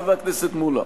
חבר הכנסת מולה.